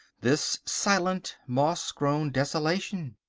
this silent, moss-grown desolation.